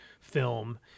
film